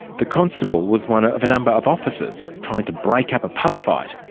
the constable was one of a number of officers trying to break up a pub fight,